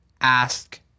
ask